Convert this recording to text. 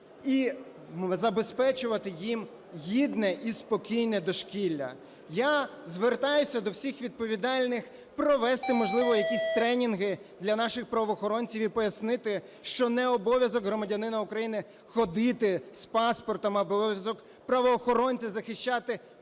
і забезпечувати їм гідне і спокійне дошкілля. Я звертаюся до всіх відповідальних провести, можливо, якісь тренінги для наших правоохоронців і пояснити, що не обов'язок громадянина України ходити з паспортом, а обов'язок правоохоронця – захищати